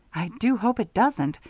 i do hope it doesn't,